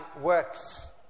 works